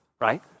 right